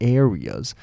areas